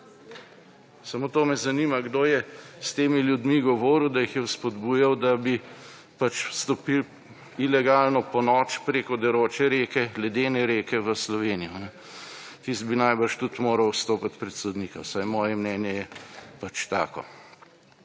Samo to me zanima, kdo je s temi ljudmi govoril, da jih je spodbujal, da bi pač stopili ilegalno ponoči preko deroče reke, ledene reke v Slovenijo. Tisti bi najbrž tudi moral stopiti pred sodnika, vsaj moje mnenje je pač tako.